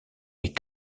les